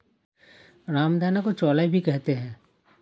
रामदाना को चौलाई भी कहते हैं